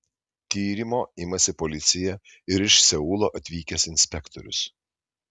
tyrimo imasi policija ir iš seulo atvykęs inspektorius